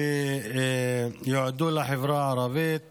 שיועדו לחברה הערבית